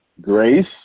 grace